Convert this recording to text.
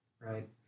Right